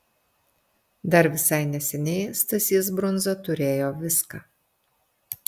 dar visai neseniai stasys brundza turėjo viską